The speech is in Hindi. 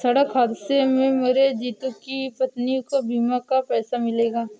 सड़क हादसे में मरे जितू की पत्नी को बीमा का पैसा मिलेगा